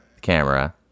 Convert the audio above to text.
camera